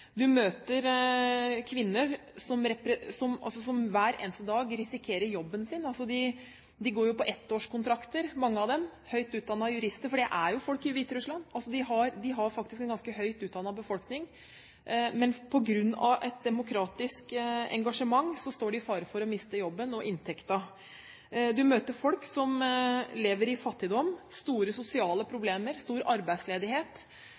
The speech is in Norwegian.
møter kvinner som hver eneste dag risikerer jobben sin. De går på ettårskontrakter mange av dem, høyt utdannede jurister – Hviterussland har jo faktisk en ganske høyt utdannet befolkning. Men på grunn av et demokratisk engasjement står de i fare for å miste jobben og inntekten. Man møter folk som lever i fattigdom, med store sosiale problemer, stor arbeidsledighet